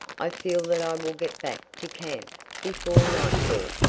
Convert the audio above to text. i feel that i will get back to camp before nightfall.